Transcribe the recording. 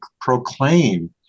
proclaim